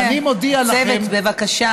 צוות, בבקשה.